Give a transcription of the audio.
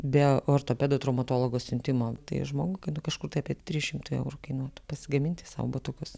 be ortopedo traumatologo siuntimo tai žmogui kažkur tai apie trys šimtai eurų kainuotų pasigaminti sau batukus